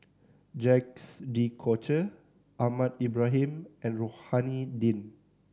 Jacques De Coutre Ahmad Ibrahim and Rohani Din